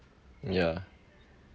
ya